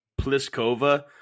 Pliskova